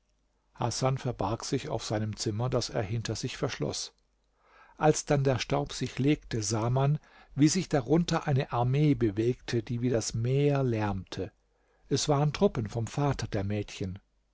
hasan verbarg sich auf seinem zimmer das er hinter sich verschloß als dann der staub sich legte sah man wie sich darunter eine armee bewegte die wie das meer lärmte es waren truppen vom vater der mädchen